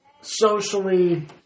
socially